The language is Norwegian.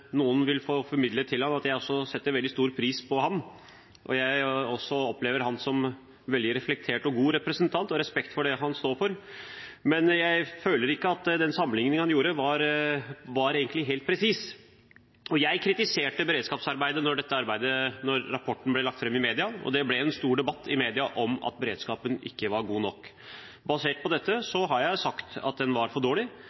noen vil få formidlet til ham at jeg setter veldig stor pris på ham. Jeg opplever ham som en veldig reflektert og god representant og har respekt for det han står for, men jeg føler ikke at den sammenligningen han gjorde, var helt presis. Jeg kritiserte beredskapsarbeidet da rapporten ble lagt fram i media, og det ble en stor debatt i media om at beredskapen ikke var god nok. Basert på dette har jeg sagt at den var for dårlig.